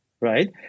right